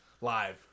live